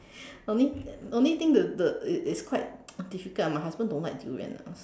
only only thing the the is is quite difficult ah my husband don't like durian ah